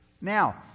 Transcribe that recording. Now